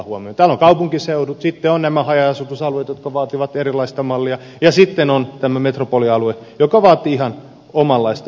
täällä on kaupunkiseudut sitten on nämä haja asutusalueet jotka vaativat erilaisen mallin ja sitten on tämä metropolialue joka vaatii ihan omanlaisensa mallin